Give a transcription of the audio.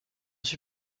suis